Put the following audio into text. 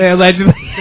Allegedly